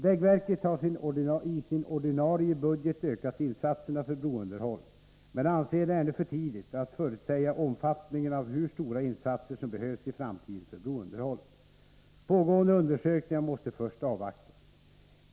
Vägverket har i sin ordinarie budget ökat insatserna för brounderhåll, men anser det ännu för tidigt att förutsäga omfattningen av de insatser som behövs i framtiden för brounderhåll. Pågående undersökningar måste först avvaktas.